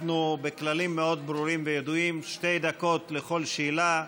אנחנו בכללים מאוד ברורים וידועים: שתי דקות לכל שאלה,